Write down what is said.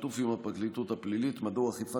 בשיתוף עם הפרקליטות הפלילית ומדור אכיפה